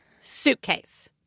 suitcase